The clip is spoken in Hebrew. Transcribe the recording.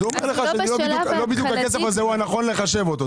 אז הוא אומר לך שזה לא בדיוק הכסף הזה הוא הנכון לחשב אותו,